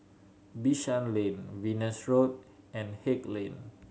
Bishan Lane Venus Road and Haig Lane